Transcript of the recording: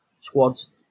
squads